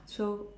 so